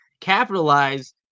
capitalize